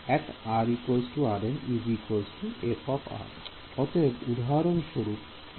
অতএব উদাহরণস্বরূপ L